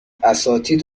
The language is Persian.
اساتید